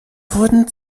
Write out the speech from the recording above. wurden